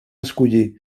escollir